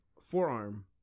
forearm